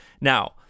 Now